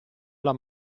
alla